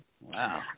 Wow